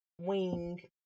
wing